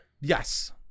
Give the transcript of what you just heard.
Yes